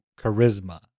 charisma